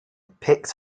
picked